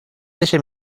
ese